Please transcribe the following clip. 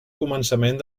començament